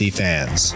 fans